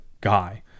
guy